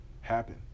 happen